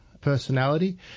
personality